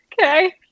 Okay